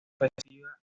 festiva